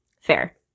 fair